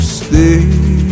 stay